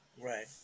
Right